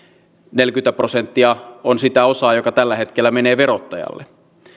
neljäkymmentä prosenttia on sitä osaa joka tällä hetkellä menee verottajalle